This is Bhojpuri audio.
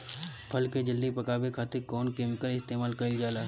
फल के जल्दी पकावे खातिर कौन केमिकल इस्तेमाल कईल जाला?